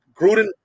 Gruden